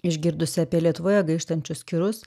išgirdusi apie lietuvoje gaištančius kirus